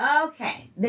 Okay